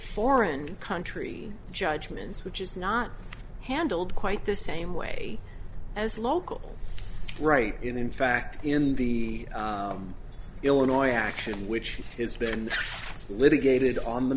foreign country judgments which is not handled quite the same way as local right in fact in the illinois action which has been litigated on the